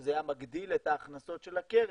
שזה היה מגדיל את ההכנסות של הקרן,